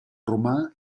romà